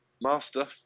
Master